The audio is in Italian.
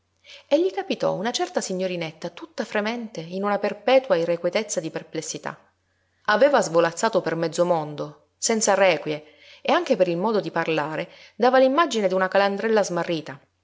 e gli capitò una certa signorinetta tutta fremente in una perpetua irrequietezza di perplessità aveva svolazzato per mezzo mondo senza requie e anche per il modo di parlare dava l'immagine d'una calandrella smarrita